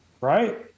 Right